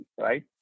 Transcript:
right